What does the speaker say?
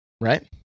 right